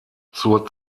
zur